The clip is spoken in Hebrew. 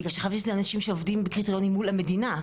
בגלל שחשבתי שאלו אנשים שעומדים בקריטריונים מול המדינה,